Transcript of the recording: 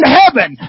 heaven